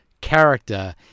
character